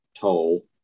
toll